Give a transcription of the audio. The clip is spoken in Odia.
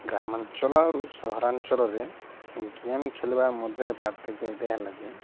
ଗ୍ରାମାଞ୍ଚଳ ଆରୁ ସହରାଞ୍ଚଳରେ ଗେମ୍ ଖେଳିବାର ମଧ୍ୟରେ ପାର୍ଥକ୍ୟ ଏଇଟା ହେଲା ଯେ